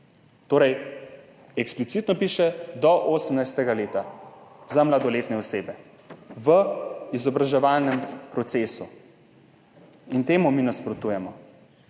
Torej, eksplicitno piše do 18. leta za mladoletne osebe v izobraževalnem procesu, in temu mi nasprotujemo.